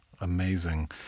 Amazing